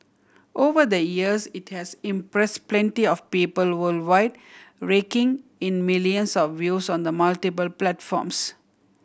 over the years it has impressed plenty of people worldwide raking in millions of views on the multiple platforms